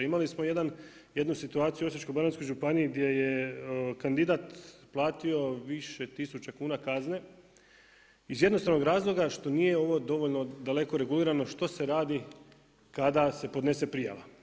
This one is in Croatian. Imali smo jednu situaciju u Osječko-baranjskoj županiji gdje je kandidat platio više tisuća kuna kazne iz jednostavnog razloga što nije ovo dovoljno daleko regulirano što se radi kada se podnese prijava.